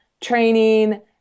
training